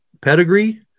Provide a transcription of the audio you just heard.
pedigree